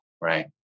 right